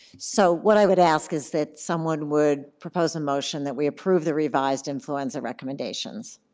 so what i would ask is that someone would propose a motion that we approve the revised influenza recommendations?